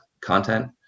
content